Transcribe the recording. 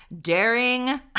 daring